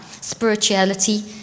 spirituality